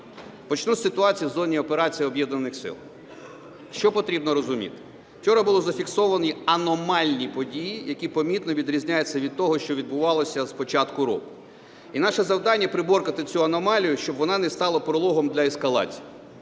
Почну з ситуації в зоні операції Об'єднаних сил. Що потрібно розуміти? Вчора були зафіксовані аномальні події, які помітно відрізняються від того, що відбувалося з початку року, і наше завдання – приборкати цю аномалію, щоб вона не стала прологом для ескалації.